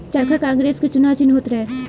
चरखा कांग्रेस के चुनाव चिन्ह होत रहे